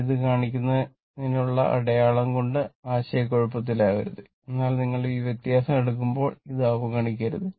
അതിനാൽ ഇത് കാണിക്കുന്നതിനുള്ള അടയാളം കൊണ്ട് ആശയക്കുഴപ്പത്തിലാകരുത് എന്നാൽ നിങ്ങൾ ഈ വ്യത്യാസം എടുക്കുമ്പോൾ ഇത് അവഗണിക്കരുത്